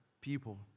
people